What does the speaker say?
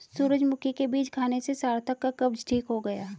सूरजमुखी के बीज खाने से सार्थक का कब्ज ठीक हो गया